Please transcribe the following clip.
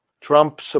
Trump